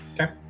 okay